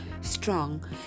strong